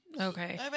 Okay